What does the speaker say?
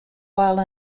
while